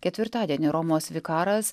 ketvirtadienį romos vikaras